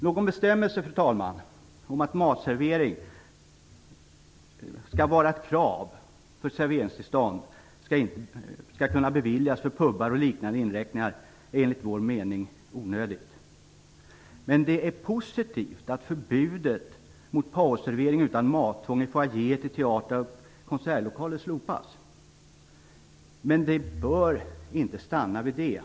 Någon bestämmelse om att matservering skall vara ett krav för att serveringstillstånd skall kunna beviljas för pubar och liknande inrättningar är enligt vår mening onödig. Men det är positivt att förbudet mot pausservering utan mattvång i foajéer till teatrar och konsertlokaler slopas. Men det bör inte stanna vid det.